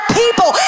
people